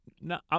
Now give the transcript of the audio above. No